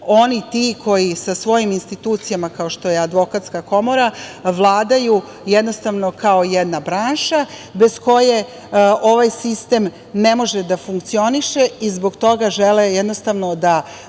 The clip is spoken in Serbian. oni ti koji sa svojim institucijama, kao što je advokatska komora, vladaju jednostavno kao jedna branša bez koje ovaj sistem ne može da funkcioniše i zbog toga žele jednostavno da